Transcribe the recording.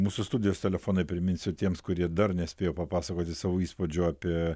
mūsų studijos telefonai priminsiu tiems kurie dar nespėjo papasakoti savo įspūdžių apie